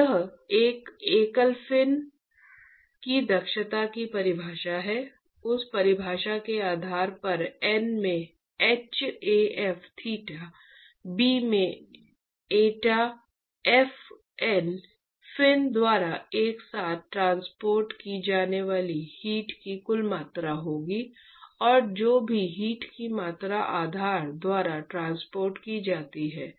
यह एक एकल फिन की दक्षता की परिभाषा है उस परिभाषा के आधार पर N में hAf थीटा b में एटा f N फिन द्वारा एक साथ ट्रांसपोर्ट की जाने वाली हीट की कुल मात्रा होगी और जो भी हीट की मात्रा आधार द्वारा ट्रांसपोर्ट की जाती है